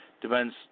depends